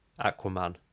aquaman